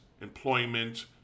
employment